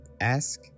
ask